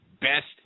best